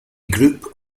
group